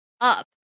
up